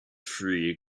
three